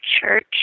church